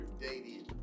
dating